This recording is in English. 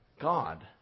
God